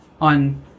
on